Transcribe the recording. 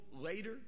later